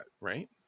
Right